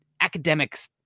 academics